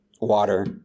water